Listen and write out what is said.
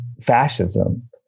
fascism